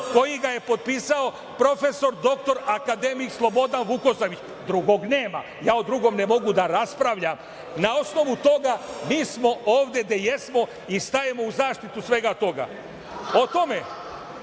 koji je potpisao prof. dr akademik Slobodan Vukosavić, drugog nemamo, ja o drugom ne mogu da raspravljam. Na osnovu toga, mi smo ovde gde jesmo i stajemo u zaštitu svega toga.O tome